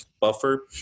buffer